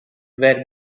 were